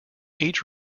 each